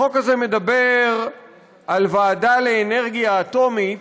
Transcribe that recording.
החוק הזה מדבר על ועדה לאנרגיה אטומית,